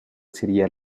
sería